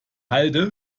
halde